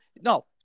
No